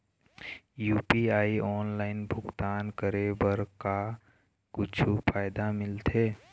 UPI online भुगतान करे बर का कुछू फायदा मिलथे?